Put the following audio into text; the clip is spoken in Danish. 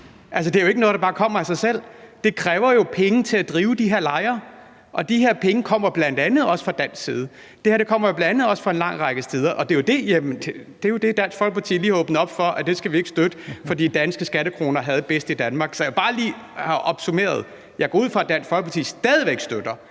Det er ikke noget, der bare kommer af sig selv. Det kræver penge at drive de her lejre, og de her penge kommer bl.a. også fra dansk side. Det her kommer jo bl.a. også fra en lang række steder. Det er det, Dansk Folkeparti lige har åbnet op for, altså at det skal vi ikke støtte, fordi danske skattekroner har det bedst i Danmark. Så jeg vil bare lige have det opsummeret. Jeg går ud fra, at Dansk Folkeparti stadig væk støtter,